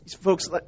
Folks